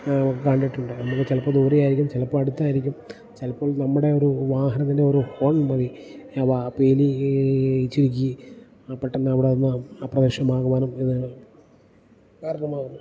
കണ്ടിട്ടുണ്ട് നമ്മള് ചിലപ്പോൾ ദൂരെ ആയിരിക്കും ചിലപ്പോൾ അടുത്തായിരിക്കും ചിലപ്പോൾ നമ്മുടെ ഒരു വാഹനത്തിൻ്റെ ഒരു ഹോൺ മതി അവ പീലി ചുരുക്കി പെട്ടെന്ന് അവിടെ നിന്ന് അപ്രത്യക്ഷമാകുവാനും ഇത് കാരണമാകുന്നു